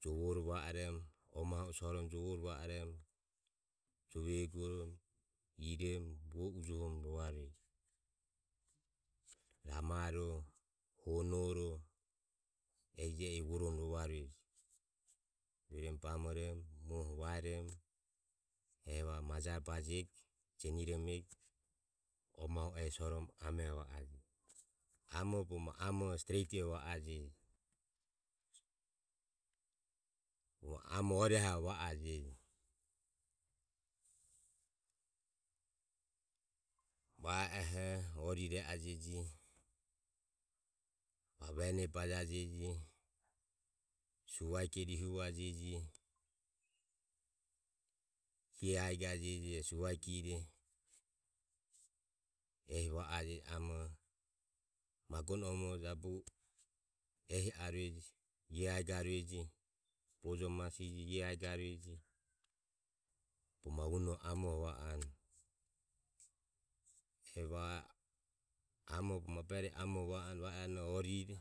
jovore va orom o mahu sorom jovore va orom jove eguorom irom vuo ujohorom rovarueje. Ramaro huonoro ehijie ire vuo romo rovarueje ruerom bamorom muoho vaerom evare maja bajego jeniromego o mahu soromo amero va ajeje. Amoho bogo amoho stretio va ajeje amoho ori ahero va ajeje. Va e oho orire e ajeje vene bajajeje suakie rihuvajeje ie aegajeje suakire ehi va ajeje amo magonaho jabu o ehi arueje ie aegarueje bojo masijore ie aegarueje. Bogo ma uno oho amoho va anu je va amoroho bogo maburerio va anu va iranoho orie